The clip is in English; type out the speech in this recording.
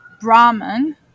Brahman